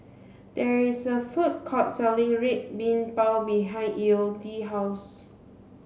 there is a food court selling red bean bao behind Elodie's house